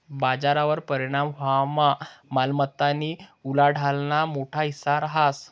बजारवर परिणाम व्हवामा मालमत्तानी उलाढालना मोठा हिस्सा रहास